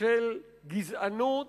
של גזענות,